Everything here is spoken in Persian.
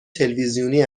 تلویزیونی